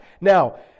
Now